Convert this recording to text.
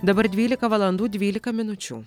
dabar dvylika valandų dvylika minučių